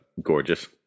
gorgeous